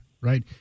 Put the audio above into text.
right